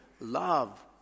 love